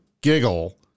giggle